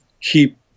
keep